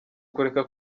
kureka